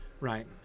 right